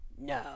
No